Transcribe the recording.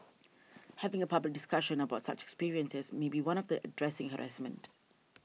having a public discussion about such experiences may be one of the addressing harassment